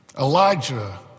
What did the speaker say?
Elijah